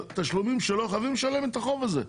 התשלומים שלו חייבים לשלם את החוב הזה.